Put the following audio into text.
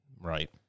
Right